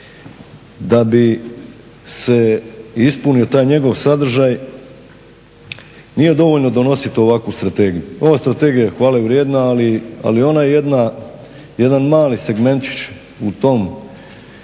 Da bi se ispunio taj njegov sadržaj nije dovoljno donositi ovakvu strategiju, ova strategija je hvalevrijedna ali onaj jedan mali segmenčić u tom